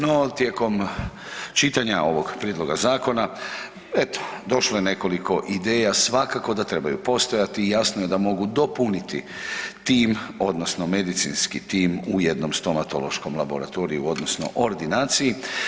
No tijekom čitanja ovog prijedloga zakona eto došlo je nekoliko ideja svakako da trebaju postojati i jasno je da mogu dopuniti tim odnosno medicinski tim u jednom stomatološkom laboratoriju odnosno ordinaciji.